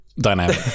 dynamic